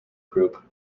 group